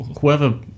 whoever